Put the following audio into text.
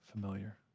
familiar